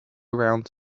around